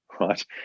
right